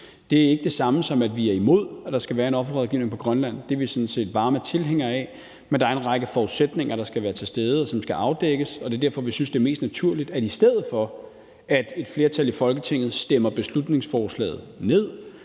Det er ikke det samme, som at vi er imod, at der skal være en offerrådgivning på Grønland – det er vi sådan set varme tilhængere af – men der er en række forudsætninger, der skal være til stede, og som skal afdækkes. Det er derfor, vi synes, det er mest naturligt, at man, i stedet for at et flertal i Folketinget stemmer beslutningsforslaget ned,